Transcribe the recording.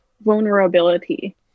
vulnerability